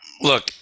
Look